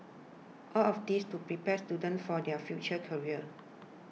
all of this to prepare students for their future career